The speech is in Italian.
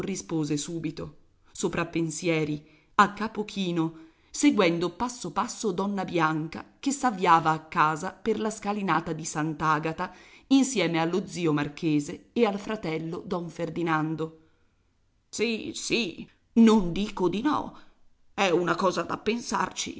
rispose subito sopra pensieri a capo chino seguendo passo passo donna bianca che s'avviava a casa per la scalinata di sant'agata insieme allo zio marchese e al fratello don ferdinando sì sì non dico di no è una cosa da pensarci